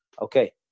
Okay